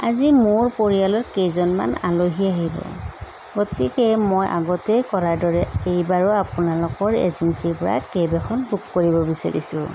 আজি মোৰ পৰিয়ালৰ কেইজনমান আলহী আহিব গতিকে মই আগতেই কৰাৰ দৰে এইবাৰো আপোনালোকৰ এজেঞ্চিৰ পৰা কেব এখন বুক কৰিব বিচাৰিছোঁ